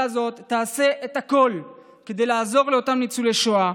הזאת יעשו את הכול כדי לעזור לאותם ניצולי שואה.